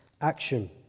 action